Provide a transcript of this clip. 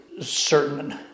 Certain